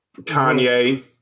Kanye